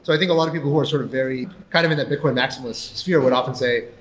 i think a lot of people who are sort of very kind of in that bitcoin maximalist sphere would often say,